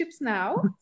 now